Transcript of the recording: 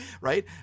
right